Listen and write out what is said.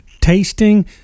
tasting